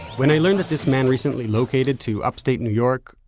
when i learned that this man recently located to upstate new york,